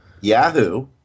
yahoo